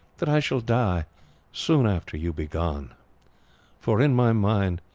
that i shall die soon after ye be gone for, in my mind,